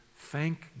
Thank